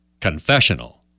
confessional